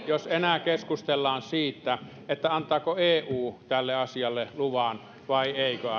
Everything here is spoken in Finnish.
jos enää keskustellaan siitä siitä antaako eu tälle asialle luvan vai eikö